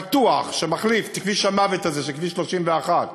שמחליף את כביש המוות הזה, 31,